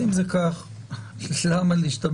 אבל אני חושב שחבר הכנסת רוטמן התייחס